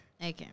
Okay